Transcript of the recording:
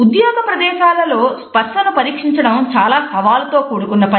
ఉద్యోగ ప్రదేశాలలో స్పర్సను పరీక్షించడం చాలా సవాలుతో కూడుకున్న పని